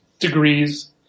degrees